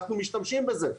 אנחנו משתמשים בזה,